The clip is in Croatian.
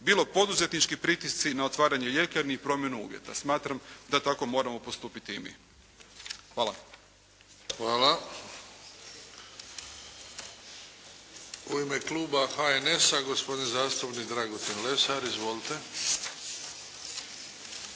bilo poduzetnički pritisci na otvaranje ljekarni i promjenu uvjeta. Smatram da tako moramo postupiti i mi. Hvala. **Bebić, Luka (HDZ)** Hvala. U ime kluba HNS-a gospodin zastupnik Dragutin Lesar. Izvolite.